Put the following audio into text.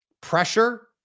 Pressure